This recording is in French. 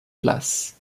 place